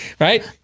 Right